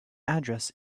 address